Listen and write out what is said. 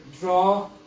draw